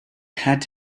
had